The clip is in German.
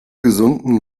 gesunden